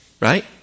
Right